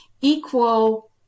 equal